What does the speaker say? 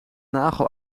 nagel